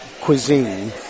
cuisine